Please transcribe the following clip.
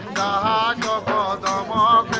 da da da um